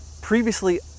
previously